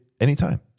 Anytime